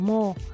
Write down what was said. More